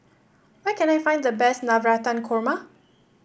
where can I find the best Navratan Korma